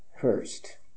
first